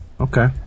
Okay